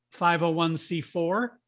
501c4